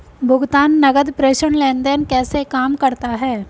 भुगतान नकद प्रेषण लेनदेन कैसे काम करता है?